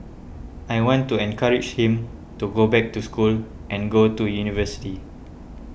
I want to encourage him to go back to school and go to university